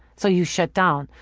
so you shut down.